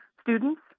students